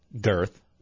Girth